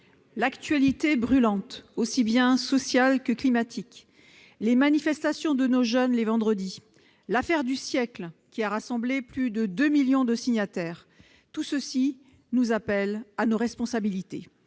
actualité brûlante, aussi bien sociale que climatique, les manifestations de nos jeunes les vendredis, l'Affaire du siècle, qui a ressemblé plus de deux millions de signataires : tout cela nous appelle à nos responsabilités.